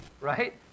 right